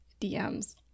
dms